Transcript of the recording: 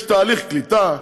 יש תהליך קליטה,